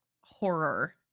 horror